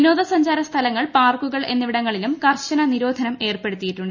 വിനോദസഞ്ചാരസ്ഥലങ്ങൾ പാർക്കുകൾ എന്നിവിടങ്ങളിലും കർശന നിരോധനം ഏർപ്പെടുത്തിയിട്ടുണ്ട്